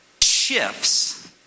shifts